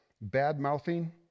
bad-mouthing